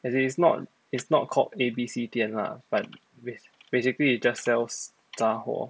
as in it's not it's not called A_B_C 店 lah but bas~ basically it just sells 杂货